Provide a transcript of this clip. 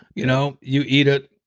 you know you eat it,